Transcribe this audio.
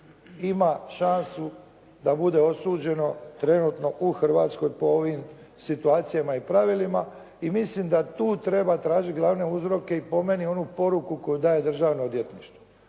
ima šansu da bude osuđeno trenutno u Hrvatskoj po ovim situacijama i pravilima i mislim da tu treba tražiti glavne uzroke i po meni onu poruku koju daje Državno odvjetništvo,